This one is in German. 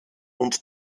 und